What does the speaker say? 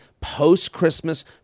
post-Christmas